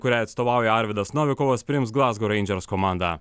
kuriai atstovauja arvydas novikovas priims glazgo reindžers komandą